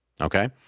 Okay